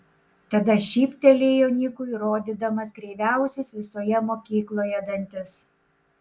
tada šyptelėjo nikui rodydamas kreiviausius visoje mokykloje dantis